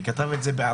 הוא כתב את זה בערבית.